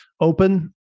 open